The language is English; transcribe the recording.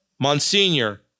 Monsignor